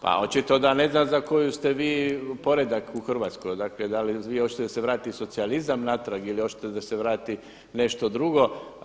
Pa očito da ne znam za koji ste vi poredak u Hrvatskoj, dakle da li vi hoćete da se vrati socijalizam natrag ili hoćete da se vrati nešto drugo.